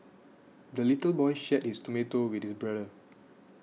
the little boy shared his tomato with his brother